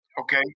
Okay